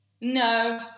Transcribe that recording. no